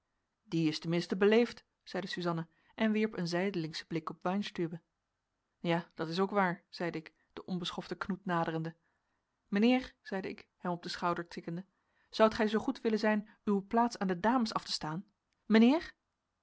die is ten minste beleefd zeide suzanna en wierp een zijdelingschen blik op weinstübe ja dat is ook waar zeide ik den onbeschoften knoet naderende mijnheer zeide ik hem op den schouder tikkende zoudt gij zoo goed willen zijn uwe plaats aan de dames af te staan